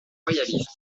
royaliste